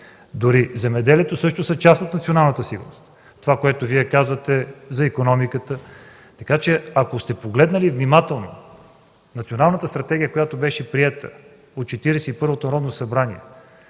дори земеделието също е част от националната сигурност – това, което Вие казвате за икономиката. Така че, ако сте погледнали внимателно Националната стратегия, която беше приета от Четиридесет